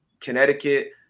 Connecticut